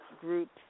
groups